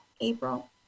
April